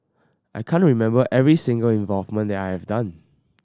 I can't remember every single involvement that I have done